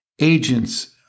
agents